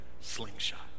slingshot